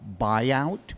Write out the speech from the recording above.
buyout